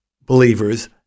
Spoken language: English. believers